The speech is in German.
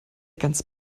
ganz